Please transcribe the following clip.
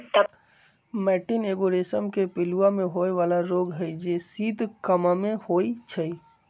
मैटीन एगो रेशम के पिलूआ में होय बला रोग हई जे शीत काममे होइ छइ